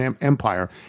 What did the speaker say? Empire